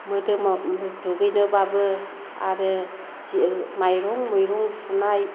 मोदोमाव दुगैनोब्लाबो आरो जि माइरं मुइरं सुनाय